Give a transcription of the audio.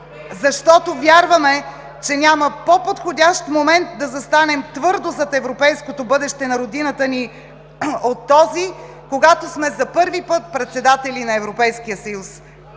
защото вярваме, че няма по-подходящ момент да застанем твърдо зад европейското бъдеще на родината ни от този, когато сме за първи път председатели на Европейския съюз.